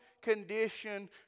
condition